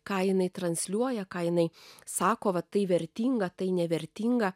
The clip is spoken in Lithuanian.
ką jinai transliuoja ką jinai sako va tai vertinga tai nevertinga